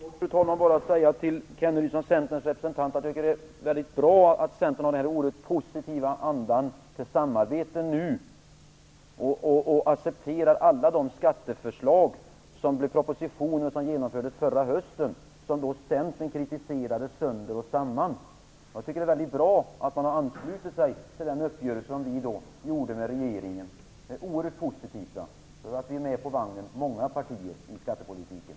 Fru talman! Helt kort vill jag säga till Rolf Kenneryd som Centerns representant att jag tycker att det är bra att Centern har den här oerhört positiva andan till samarbete nu och accepterar alla de skatteförslag som blev proposition och som genomfördes förra hösten då Centern kritiserade dem sönder och samman. Jag tycker att det är väldigt bra att man har anslutit sig till den uppgörelse som vi då träffade med regeringen. Det är oerhört positivt att många partier är med på vagnen när det gäller skattepolitiken.